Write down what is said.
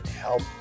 help